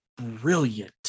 brilliant